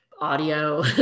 audio